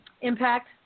Impact